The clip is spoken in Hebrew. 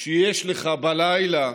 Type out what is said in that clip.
שיש לך בלילה,